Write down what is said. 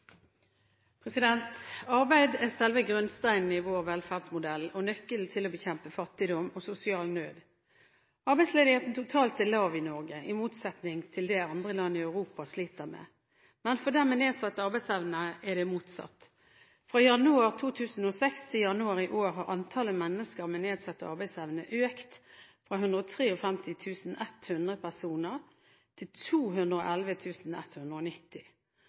avslutta. Arbeid er selve grunnsteinen i vår velferdsmodell og nøkkelen til å bekjempe fattigdom og sosial nød. Arbeidsledigheten totalt er lav i Norge, i motsetning til det andre land i Europa sliter med, men for dem med nedsatt arbeidsevne er det motsatt. Fra januar 2006 til januar i år har antallet mennesker med nedsatt arbeidsevne økt fra 153 100 personer til